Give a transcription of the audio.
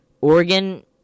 Oregon